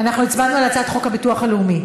אנחנו הצבענו על הצעת חוק הביטוח הלאומי,